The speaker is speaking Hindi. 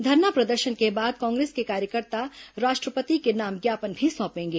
धरना प्रदर्शन के बाद कांग्रेस के कार्यकर्ता राष्ट्रपति के नाम ज्ञापन भी सौंपेंगे